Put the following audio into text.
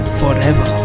forever